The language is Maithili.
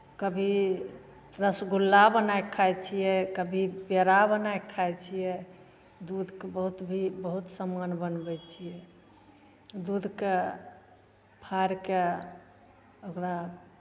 कभी रसगुल्ला बनाए कऽ खाइ छियै कभी पेड़ा बनाए कऽ खाइ छियै दूधके बहुत भी बहुत सामान बनबै छियै दूधकेँ फाड़ि कऽ ओकरा